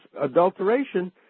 adulteration